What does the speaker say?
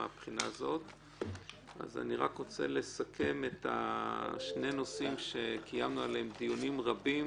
אני רק רוצה לסכם את שני הנושאים שקיימנו עליהם דיונים רבים,